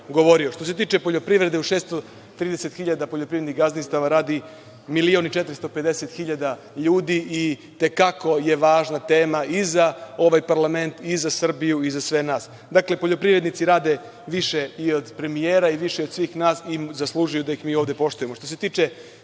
se tiče poljoprivrede, u 630 hiljada gazdinstava radi milion i 450 hiljada ljudi i, i te kako je važna tema i za ovaj parlament i za Srbiju i za sve nas. Dakle, poljoprivrednici rade više i od premijera i više od svih nas i zaslužuju da ih mi ovde poštujemo. Što